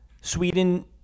Sweden